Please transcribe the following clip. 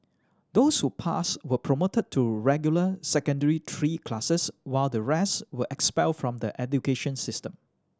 those who passed were promoted to regular Secondary Three classes while the rest were expelled from the education system